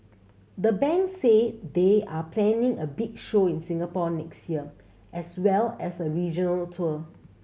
the band say they are planning a big show in Singapore next year as well as a regional tour